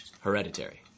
hereditary